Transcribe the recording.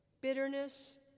bitterness